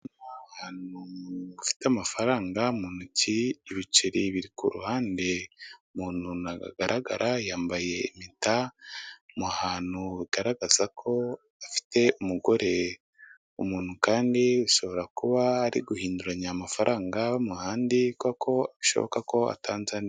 Ufite amafaranga mu ntoki ibiceri biri ku ruhande umuntu ntagaragara yambaye impeta ku hantu bigaragaza ko afite umugore umuntu kandi ashobora kuba ari guhinduranya amafaranga mu handi kuko bishoboka ko atanze andi.